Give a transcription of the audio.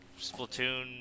Splatoon